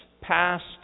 passed